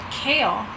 kale